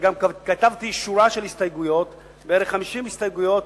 וגם כתבתי שורה של הסתייגויות, בערך 50 הסתייגויות